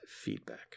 feedback